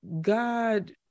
God